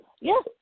Yes